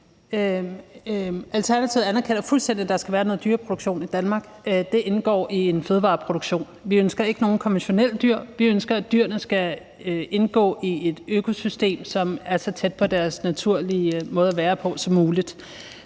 Alternativet anerkender fuldstændig, at der skal være noget animalsk produktion i Danmark. Det indgår i en fødevareproduktion. Vi ønsker ikke nogen konventionel animalsk produktion. Vi ønsker, at dyrene skal indgå i et økosystem, som er så tæt på deres naturlige måde at være på som muligt.